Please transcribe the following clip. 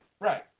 right